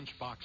lunchbox